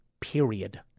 period